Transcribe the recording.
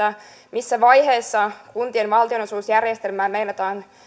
missä vaiheessa kuntien valtionosuusjärjestelmää meinataan